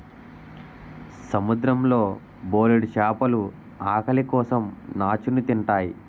సముద్రం లో బోలెడు చేపలు ఆకలి కోసం నాచుని తింతాయి